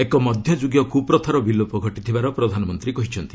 ଏକ ମଧ୍ୟଯୁଗୀୟ କୃପ୍ରଥାର ବିଲୋପ ଘଟିଥିବାର ପ୍ରଧାନମନ୍ତ୍ରୀ କହିଛନ୍ତି